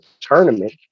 tournament